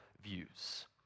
views